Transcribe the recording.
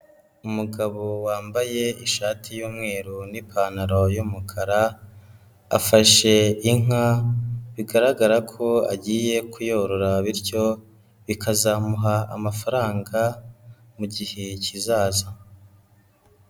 Umugabo wambaye ishati y'umweru n'ipantaro y'umukara, afashe inka bigaragara ko agiye kuyorora bityo bikazamuha amafaranga mu gihe kizaza.